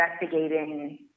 investigating